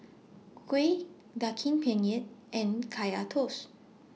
Kuih Daging Penyet and Kaya Toast